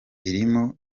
irimo